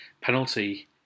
penalty